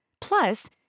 Plus